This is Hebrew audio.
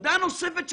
נקודה נוספת.